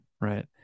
Right